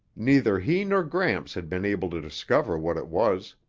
neither he nor gramps had been able to discover what it was.